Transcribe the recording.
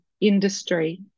industry